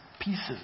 pieces